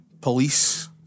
police